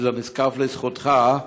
שזה נזקף לזכותך,